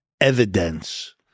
evidence